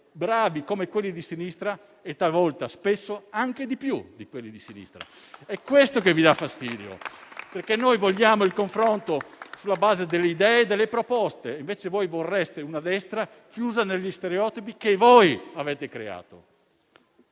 bravi come quelli di Sinistra, ma spesso anche di più. È questo che mi dà fastidio, perché noi vogliamo il confronto sulla base delle idee e delle proposte, invece voi vorreste una Destra chiusa negli stereotipi che avete creato!